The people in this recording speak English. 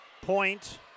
Point